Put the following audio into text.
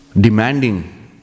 Demanding